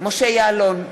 משה יעלון,